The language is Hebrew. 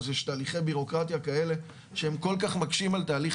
אז יש תהליכי ביורוקרטיה כאלה שהם כל כך מקשים על תהליך